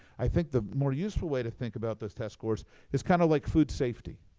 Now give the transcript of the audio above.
i think the more useful way to think about these test scores is kind of like food safety.